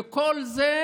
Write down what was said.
וכל זה